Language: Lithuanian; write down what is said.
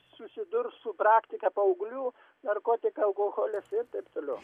susidurs su praktika paauglių narkotikai alkoholis ir taip toliau